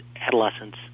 adolescence